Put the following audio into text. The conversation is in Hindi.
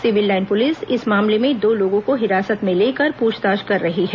सिविल लाइन पुलिस इस मामले में दो लोगों को हिरासत में लेकर प्रछताछ कर रही है